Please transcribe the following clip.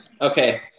okay